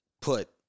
put